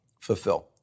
fulfill